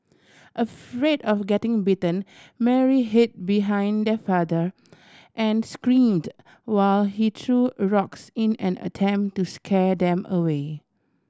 afraid of getting bitten Mary hid behind her father and screamed while he threw a rocks in an attempt to scare them away